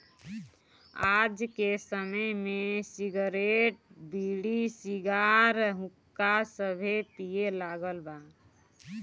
आज के समय में सिगरेट, बीड़ी, सिगार, हुक्का सभे पिए लागल बा